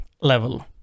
level